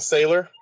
Sailor